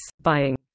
buying